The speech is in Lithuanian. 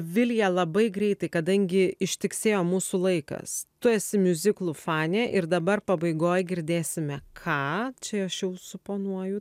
vilija labai greitai kadangi ištiksėjo mūsų laikas tu esi miuziklų fanė ir dabar pabaigoj girdėsime ką čia aš jau suponuoju